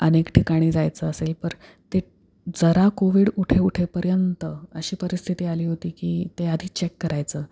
अनेक ठिकाणी जायचं असेल पर ते जरा कोव्हिड उठे उठेपर्यंत अशी परिस्थिती आली होती की ते आधी चेक करायचं